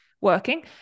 working